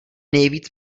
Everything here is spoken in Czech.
nejvíc